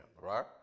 right